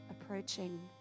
approaching